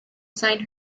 sign